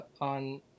on